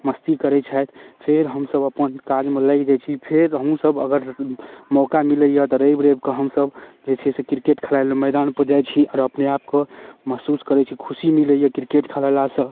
मस्ती करै छथि फेर हमसभ अपन काजमे लागि जाइ छी फेर हमहूँसभ अगर मौका मिलैए तऽ रवि रविके हमसभ जे छै से किरकेट खेलैलए मैदानपर जाइ छी आओर अपने आपके महसूस करै छी खुशी मिलैए किरकेट खेलेलासँ